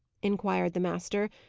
inquired the master,